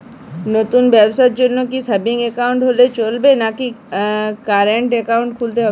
নতুন ব্যবসার জন্যে কি সেভিংস একাউন্ট হলে চলবে নাকি কারেন্ট একাউন্ট খুলতে হবে?